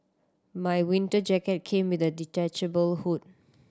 my winter jacket came with a detachable hood